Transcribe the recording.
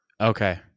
Okay